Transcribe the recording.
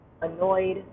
annoyed